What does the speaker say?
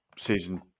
season